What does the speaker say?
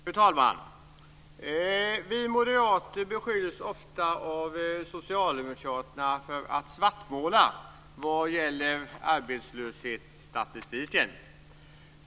Fru talman! Vi moderater beskylls ofta av socialdemokraterna för att svartmåla vad gäller arbetslöshetsstatistiken.